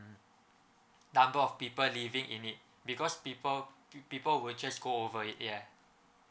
number of people living in it because people people will just go over it yet yeah